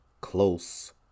close